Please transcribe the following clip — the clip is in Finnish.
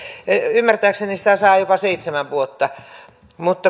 ymmärtääkseni sitä saa jopa seitsemän vuotta mutta